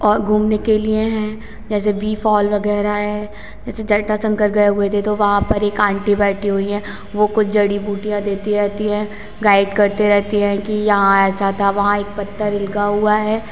और घूमने के लिए हैं जैसे बी फॉल वग़ैरह है जैसे जटाशंकर गए हुए थे तो वहाँ पर एक आंटी बैठ हुई हैं वह कुछ जड़ी बूटियाँ देती रहती हैं गाइड करती रहती हैं कि यहाँ ऐसा था वहाँ एक पत्थर लिखा हुआ है